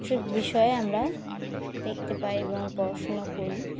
কিছুর বিষয়ে আমরা দেখতে পাই এবং পড়াশুনা করি